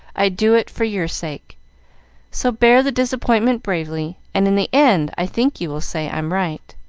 i do it for your sake so bear the disappointment bravely, and in the end i think you will say i'm right.